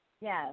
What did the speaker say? Yes